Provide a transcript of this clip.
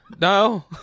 no